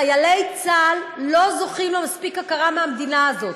חיילי צה"ל לא זוכים למספיק הכרה מהמדינה הזאת.